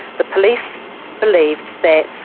the police believed that